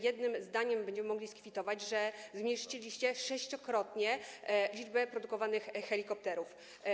Jednym zdaniem będziemy mogli skwitować, że zmniejszyliście sześciokrotnie liczbę produkowanych helikopterów.